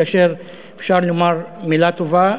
כאשר אפשר לומר מילה טובה,